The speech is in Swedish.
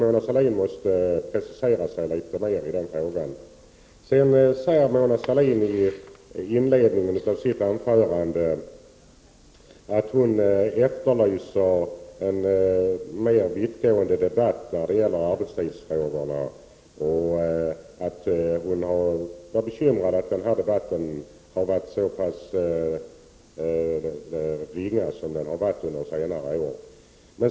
Mona Sahlin måste nog precisera sig litet mer i den frågan. I inledningen av sitt anförande sade Mona Sahlin att hon efterlyser en mer vittgående debatt när det gäller arbetstidsfrågorna och att hon var bekymrad över att debatten har varit så pass ringa under senare år.